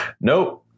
Nope